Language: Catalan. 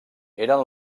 eren